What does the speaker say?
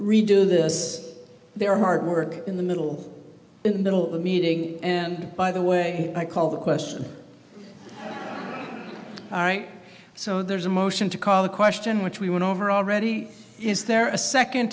redo this they are hard work in the middle in the middle of the meeting and by the way i call the question all right so there's a motion to call the question which we went over already is there a second